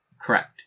Correct